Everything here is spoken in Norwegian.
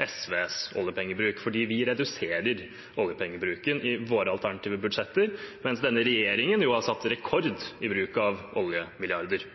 SVs oljepengebruk, fordi vi reduserer oljepengebruken i våre alternative budsjetter, mens denne regjeringen jo har satt rekord i bruk av oljemilliarder.